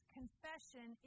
confession